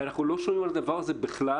ואנחנו לא שומעים על הדבר הזה בכלל,